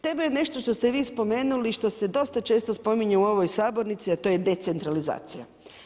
Tema je nešto što ste vi spomenuli što se dosta često spominje u ovoj sabornici, a to je decentralizacija.